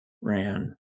ran